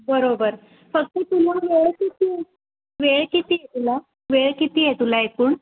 बरोबर फक्त तुम्हाला वेळ किती वेळ किती आहे तुला वेळ किती आहे तुला एकूण